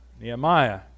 Nehemiah